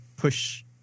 Push